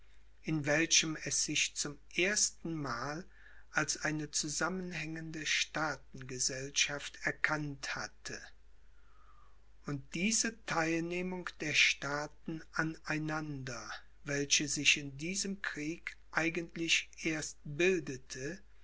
in welchem es sich zum erstenmal als eine znsammenhängende staatengesellschaft erkannt hatte und diese theilnehmung der staaten an einander welche sich in diesem krieg eigentlich erst bildete